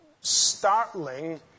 startling